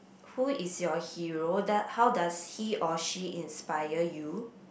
who is your hero do~ how does he or she inspire you